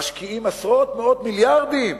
משקיעים עשרות, מאות מיליארדים,